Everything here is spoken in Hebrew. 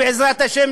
בעזרת השם,